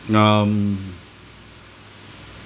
um